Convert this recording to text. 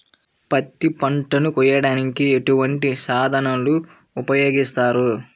పత్తి పంటను కోయటానికి ఎటువంటి సాధనలు ఉపయోగిస్తారు?